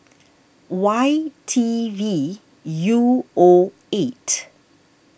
Y T V U O eight